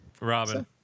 robin